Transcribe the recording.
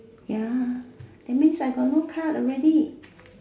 ya that means I have no card already